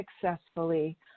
successfully